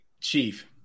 chief